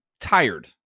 tired